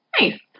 Nice